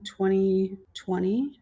2020